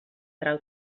trau